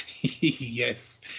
Yes